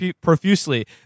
profusely